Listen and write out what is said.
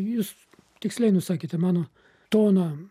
jūs tiksliai nusakėte mano toną